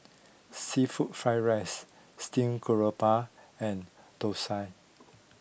Seafood Fried Rice Steamed Garoupa and Dosa